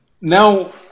Now